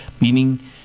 Meaning